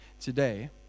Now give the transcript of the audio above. today